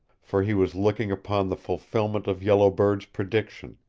for he was looking upon the fulfilment of yellow bird's prediction.